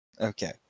Okay